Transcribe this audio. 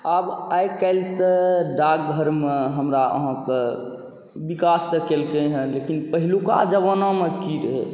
आब आइकाल्हि तऽ डाकघरमे हमरा अहाँके विकास तऽ केलकै हँ लेकिन पहिलुका जमानामे कि रहै